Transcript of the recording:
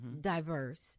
diverse